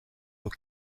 aux